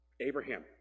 Abraham